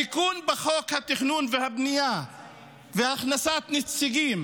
התיקון בחוק התכנון והבנייה והכנסת נציגים